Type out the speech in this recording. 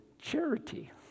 charity